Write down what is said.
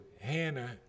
Hannah